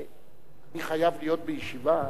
כבוד השר, אני חייב להיות בישיבה.